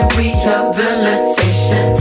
rehabilitation